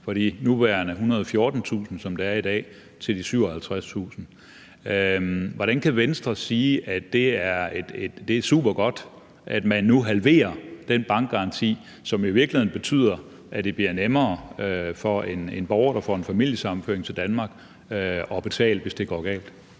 fra de nuværende 114.000 kr., som det er i dag, til de 57.000 kr. Hvordan kan Venstre sige, at det er supergodt, at man nu halverer den bankgaranti, som i virkeligheden betyder, at det bliver nemmere for en borger, der får en familiesammenføring til Danmark, at betale, hvis det går galt?